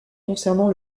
concernant